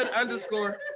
underscore